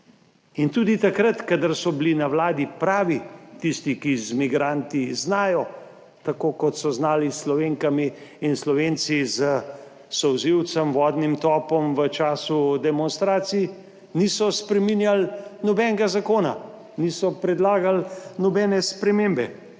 in tudi takrat kadar so bili na Vladi pravi, tisti, ki z migranti znajo, tako kot so znali s Slovenkami in Slovenci s solzivcem, vodnim topom, v času demonstracij, niso spreminjali nobenega zakona, niso predlagali nobene spremembe.